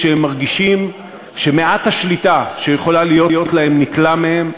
כשהם מרגישים שמעט השליטה שיכולה להיות להם ניטלה מהם,